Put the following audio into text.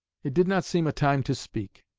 it did not seem a time to speak.